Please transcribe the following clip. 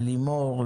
ללימור,